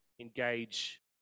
engage